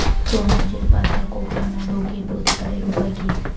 তরমুজের পাতা কোঁকড়ানো রোগের প্রতিকারের উপায় কী?